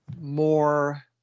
more